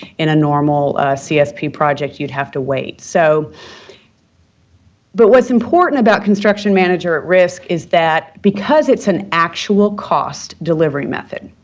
in a normal csp project, you'd have to wait, so but what's important about construction manager at risk is that, because it's an actual cost delivery method,